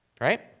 right